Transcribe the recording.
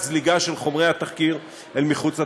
זליגה של חומר התחקיר אל מחוץ לתהליך.